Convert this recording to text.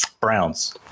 Browns